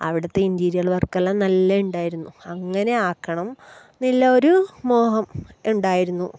അവിടുത്തെ interior work എല്ലാം നല്ല ഉണ്ടായിരുന്നു അങ്ങനെ ആക്കണം എന്നുള്ള ഒരു മോഹം ഉണ്ടായിരുന്നു